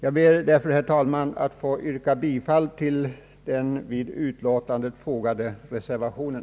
Jag ber därför, herr talman, att få yrka bifall till den vid utlåtandet fogade reservationen.